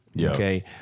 Okay